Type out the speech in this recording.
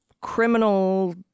criminal